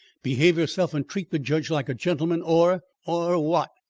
behave yourself and treat the judge like a gentleman or or what?